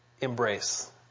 embrace